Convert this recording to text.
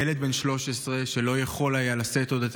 ילד בן 13 שלא יכול היה לשאת עוד את